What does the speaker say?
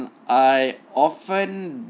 mm I often